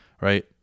right